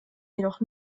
jedoch